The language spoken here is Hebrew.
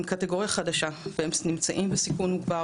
הם קטגוריה חדשה והם נמצאים בסיכון מוגבר,